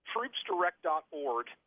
Troopsdirect.org